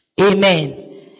Amen